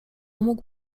mógł